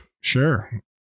Sure